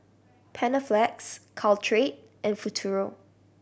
Panaflex Caltrate and Futuro